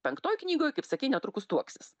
penktoj knygoj kaip sakei netrukus tuoksis